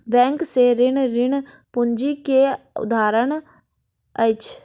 bank से ऋण, ऋण पूंजी के उदाहरण अछि